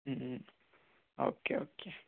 okay okay